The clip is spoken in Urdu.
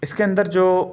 اس کے اندر جو